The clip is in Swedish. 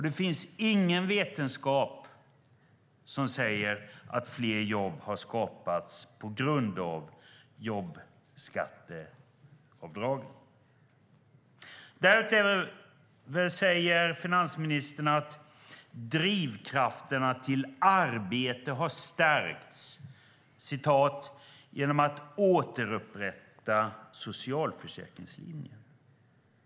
Det finns ingen vetenskap som säger att fler jobb har skapats på grund av jobbskatteavdragen. Därutöver säger finansministern att drivkrafterna till arbete har stärkts genom "den återupprättade arbetslinjen i socialförsäkringssystemen".